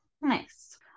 Nice